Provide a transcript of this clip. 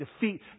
defeat